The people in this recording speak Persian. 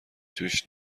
توش